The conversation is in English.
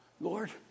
Lord